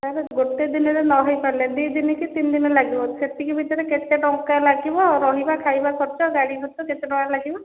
ନା ସାର୍ ଗୋଟେ ଦିନ ରେ ନ ହେଇ ପାରିଲେ ଦୁଇ ଦିନ କି ତିନି ଦିନ ଲାଗିବ ସେତିକି ଭିତରେ କେତେ ଟଙ୍କା ଲାଗିବ ରହିବା ଖାଇବା ଖର୍ଚ୍ଚ ଗାଡ଼ି ଖର୍ଚ୍ଚ କେତେ ଟଙ୍କା ଲାଗିବ